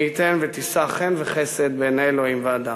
מי ייתן ותישא חן וחסד בעיני אלוהים ואדם.